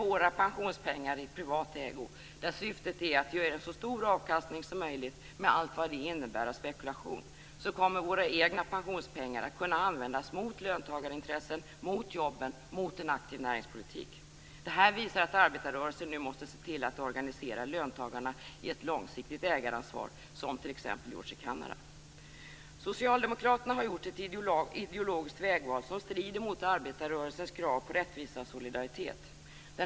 Med våra pensionspengar i privat ägo, där syftet är att ge så stor avkastning som möjligt, med allt vad det innebär av spekulation, kommer våra egna pensionspengar att kunna användas mot löntagarintressen, mot jobben och mot en aktiv näringspolitik. Det här visar att arbetarrörelsen nu måste se till att organisera löntagarna i ett långsiktigt ägaransvar som t.ex. har skett i Kanada. Socialdemokraterna har gjort ett ideologiskt vägval som strider mot arbetarrörelsens krav på rättvisa och solidaritet.